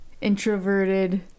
Introverted